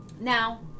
Now